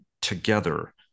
together